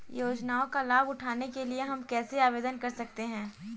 योजनाओं का लाभ उठाने के लिए हम कैसे आवेदन कर सकते हैं?